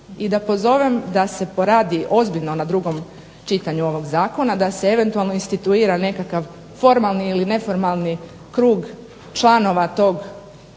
i da pozovem da se ozbiljno radi na drugom čitanju ovog zakona, i da se eventualno instituta nekakav formalni ili neformalni krug članova tog